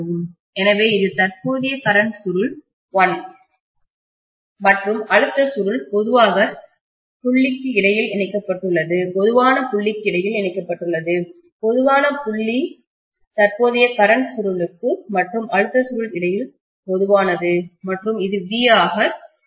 எனவே இது தற்போதைய கரண்ட் சுருள் 1 மற்றும் அழுத்த சுருள் பொதுவான புள்ளிக்கு இடையில் இணைக்கப்பட்டுள்ளது பொதுவான புள்ளிஇது தற்போதைய கரண்ட் சுருளுக்கு மற்றும் அழுத்தம் சுருள் இடையில் பொதுவானது மற்றும் இது V ஆக இருக்கும்